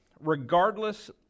regardless